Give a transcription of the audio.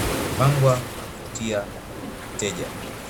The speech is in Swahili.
kwaajili yakuvutia wateja